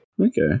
Okay